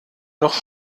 noch